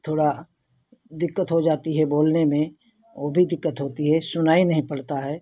थोड़ा दिक्कत हो जाती है बोलने में वो भी दिक्कत होती है सुनाई नहीं पड़ता है